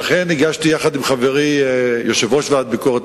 לכן הגשתי עם חברי יושב-ראש הוועדה לביקורת